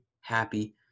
happy